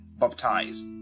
baptize